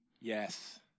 yes